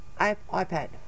iPad